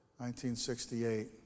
1968